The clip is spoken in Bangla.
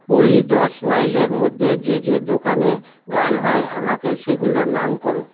ওলি দশ মাইলের মধ্যে যে যে দোকানে গান হয় আমাকে সেগুলোর নাম করো